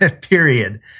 Period